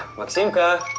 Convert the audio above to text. maksimka!